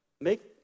Make